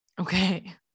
Okay